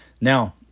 Now